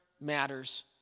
matters